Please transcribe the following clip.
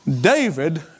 David